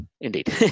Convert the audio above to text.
Indeed